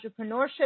entrepreneurship